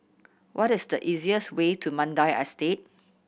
what is the easiest way to Mandai Estate